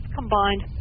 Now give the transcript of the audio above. combined